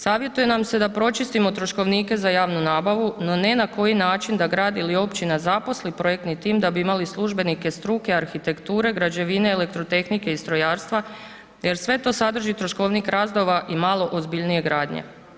Savjetuje nam se da pročistimo troškovnike za javnu nabavu, no ne na koji način da grad ili općina zaposli projektni tim da bi imali službenike struke arhitekture, građevine, elektrotehnike i strojarstva jer sve to sadrži troškovnik radova imalo ozbiljnije gradnje.